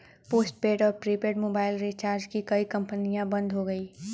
postpaid और prepaid mobile recharge की कई कंपनियां बंद हो गई